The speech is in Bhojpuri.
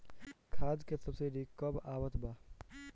खाद के सबसिडी क हा आवत बा?